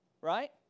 right